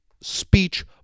speech